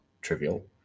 trivial